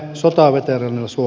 arvoisa puhemies